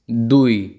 দুই